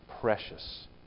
precious